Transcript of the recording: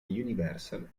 universal